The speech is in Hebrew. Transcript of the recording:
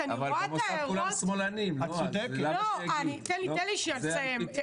--- תן לי שנייה לסיים,